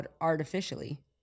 artificially